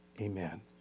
Amen